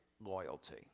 loyalty